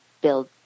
build